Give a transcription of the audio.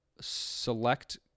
select